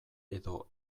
edo